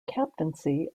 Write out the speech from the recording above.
captaincy